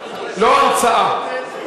לא הרצאה.